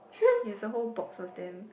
here's the whole boxes then